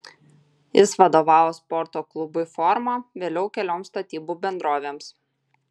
jis vadovavo sporto klubui forma vėliau kelioms statybų bendrovėms